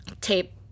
tape